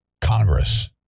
Congress